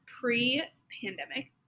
pre-pandemic